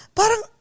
parang